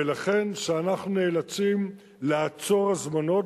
ולכן כשאנחנו נאלצים לעצור הזמנות,